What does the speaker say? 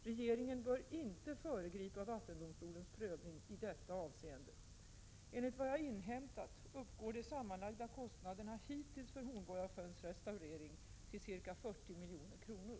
Regeringen bör inte föregripa vattendomstolens prövning i detta avseende. Enligt vad jag inhämtat uppgår de sammanlagda kostnaderna hittills för Hornborgasjöns restaurering till ca 40 milj.kr.